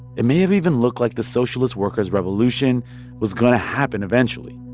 it may have even looked like the socialist worker's revolution was going to happen eventually.